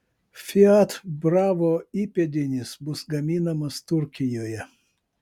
fiat bravo įpėdinis bus gaminamas turkijoje